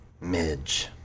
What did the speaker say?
Midge